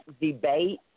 debate